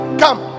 come